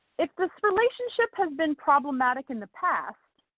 if this relationship has been problematic in the past,